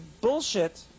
bullshit